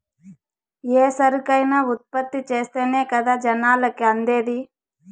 ఏ సరుకైనా ఉత్పత్తి చేస్తేనే కదా జనాలకి అందేది